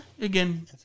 again